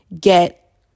get